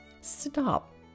Stop